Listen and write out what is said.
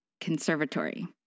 Conservatory